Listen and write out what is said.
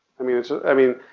i mean it's, ah i mean,